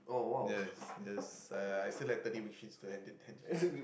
yes yes uh I still had thrity worksheets to hand it hand it to him